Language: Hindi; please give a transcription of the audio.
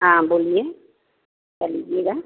हाँ बोलिए क्या लीजिएगा